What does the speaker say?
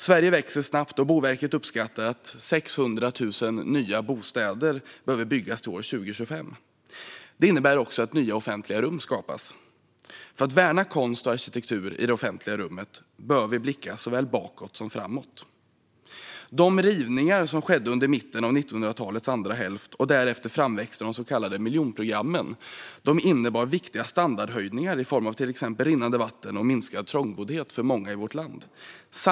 Sverige växer snabbt, och Boverket uppskattar att 600 000 nya bostäder behöver byggas till år 2025. Det innebär också att nya offentliga rum skapas. För att värna konst och arkitektur i det offentliga rummet bör vi blicka såväl bakåt som framåt. De rivningar som skedde under mitten av 1900-talets andra hälft, och därefter framväxten av de så kallade miljonprogrammen, innebar viktiga standardhöjningar i form av till exempel rinnande vatten och minskad trångboddhet för många i vårt land.